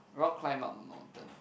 rock climb up a mountain